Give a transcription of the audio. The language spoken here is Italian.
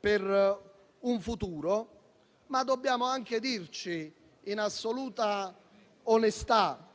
per un futuro; tuttavia dobbiamo anche dirci, in assoluta onestà,